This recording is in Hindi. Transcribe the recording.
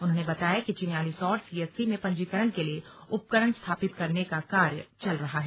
उन्होंने बताया कि चिन्यालीसौड़ सीएचसी में पंजीकरण के लिए उपकरण स्थापित करने का कार्य चल रहा है